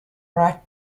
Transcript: bright